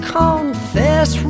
confess